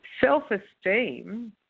self-esteem